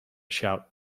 shout